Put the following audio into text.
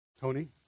Tony